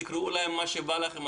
תקראו להם איך שבא לכם,